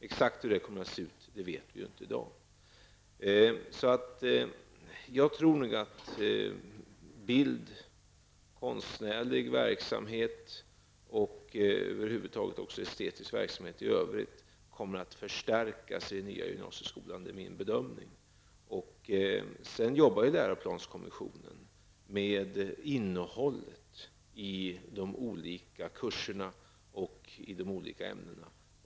Exakt hur det kommer att se ut vet vi ju inte i dag. Jag tror nog att bild, konstnärlig verksamhet och estetisk verksamhet över huvud taget kommer att förstärkas i den nya gymnasieskolan. Det är min bedömning. Läroplanskommissionen arbetar med innehållet i de olika kurserna och ämnena.